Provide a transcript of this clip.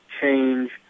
change